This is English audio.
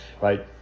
right